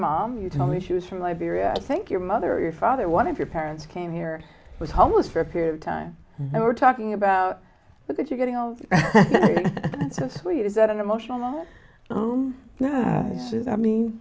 mom you told me she was from liberia i think your mother your father one of your parents came here was homeless for a period of time and we were talking about but that you're getting old and so sweet is that an emotional moment he says i mean